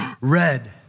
red